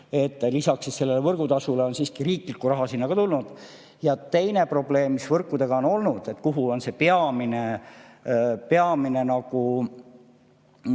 et lisaks võrgutasule on siiski riiklikku raha sinna ka tulnud. Ja teine probleem, mis võrkudega on olnud, kuhu on see peamine teravik